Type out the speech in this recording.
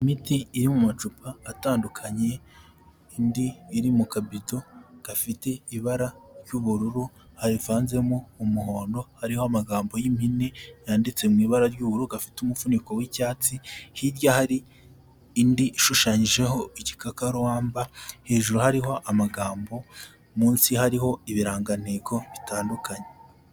Imiti iri mu macupa atandukanye indi iri mu kabido gafite ibara ry'ubururu havanzemo umuhondo, hariho amagambo y'impine yanditse mu ibara ry'ubururu, gafite umufuniko w'icyatsi, hirya hari indi ishushanyijeho igikakarubamba, hejuru hariho amagambo, munsi hariho ibirangantego bitandukanye.